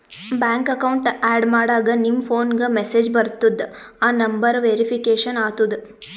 bank account add ಮಾಡಾಗ್ ನಿಮ್ ಫೋನ್ಗ ಮೆಸೇಜ್ ಬರ್ತುದ್ ಆ ನಂಬರ್ ವೇರಿಫಿಕೇಷನ್ ಆತುದ್